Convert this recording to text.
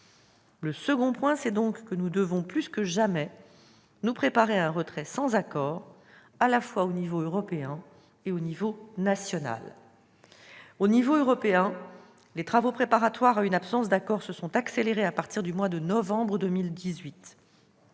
Le second point, c'est donc que nous devons, plus que jamais, nous préparer à un retrait sans accord, à la fois au niveau européen et au niveau national. Au niveau européen, les travaux préparatoires à une absence d'accord se sont accélérés à partir du mois de novembre 2018.